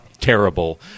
terrible